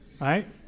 right